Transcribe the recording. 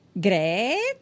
Great